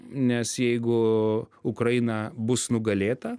nes jeigu ukraina bus nugalėta